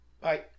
bye